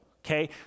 Okay